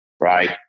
right